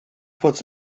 puts